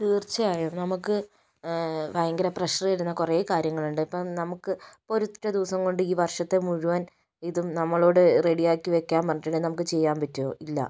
തീർച്ചയായും നമുക്ക് ഭയങ്കര പ്രഷർ തരുന്ന കുറേ കാര്യങ്ങളുണ്ട് ഇപ്പം നമുക്ക് ഒരൊറ്റ ദിവസം കൊണ്ട് ഈ വർഷത്തെ മുഴുവൻ ഇതും നമ്മളോട് റെഡിയാക്കി വെക്കാൻ പറഞ്ഞിട്ടുണ്ടെങ്കിൽ നമുക്ക് ചെയ്യാൻ പറ്റുമോ ഇല്ല